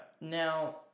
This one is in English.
Now